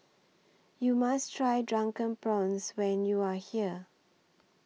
YOU must Try Drunken Prawns when YOU Are here